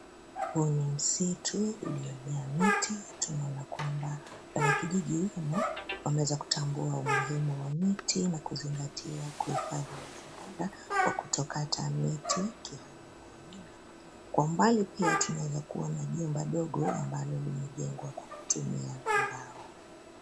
Huu ni msitu, uliojaa miti. Tunaona kwamba , wanakijiji humo wameweza kutambua umuhimu wa miti na kuzingatia kuhifadhi mazingira kwa kutokata miti kiholela holela. Kwa umbali pia tunaweza kuona jumba dogo ambalo limejengwa kwa kutumia mbao.